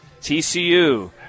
TCU